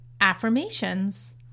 affirmations